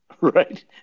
Right